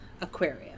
aquarium